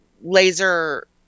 laser